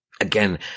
again